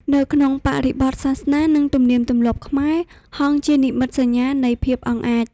នៅក្នុងបរិបទសាសនា និងទំនៀមទម្លាប់ខ្មែរ ហង្សជានិមិត្តសញ្ញានៃភាពអង់អាច។